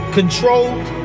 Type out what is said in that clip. controlled